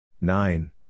nine